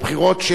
לא להיפך,